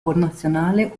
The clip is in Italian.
connazionale